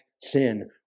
sin